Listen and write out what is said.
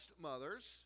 mothers